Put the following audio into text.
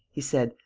he said,